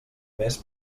mes